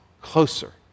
closer